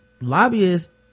Lobbyists